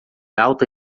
alta